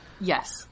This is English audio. Yes